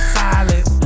silent